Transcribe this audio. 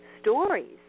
stories